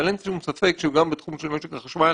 אבל אין שם ספק שגם בתחום של משק החשמל